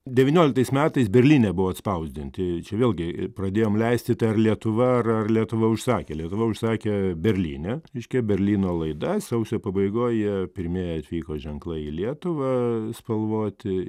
devynioliktais metais berlyne buvo atspausdinti čia vėlgi pradėjom leisti tai ar lietuva ar ar lietuva užsakė lietuva užsakė berlyne reiškia berlyno laida sausio pabaigoj jie pirmieji atvyko ženklai į lietuvą spalvoti